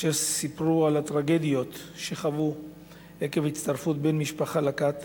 אשר סיפרו על הטרגדיות שחוו עקב הצטרפות בן-משפחה לכת,